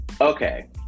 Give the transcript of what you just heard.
okay